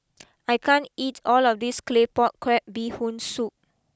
I can't eat all of this Claypot Crab Bee Hoon Soup